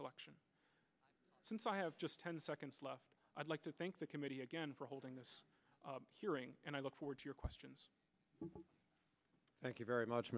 collection since i have just ten seconds left i'd like to thank the committee again for holding this hearing and i look forward to your questions thank you very much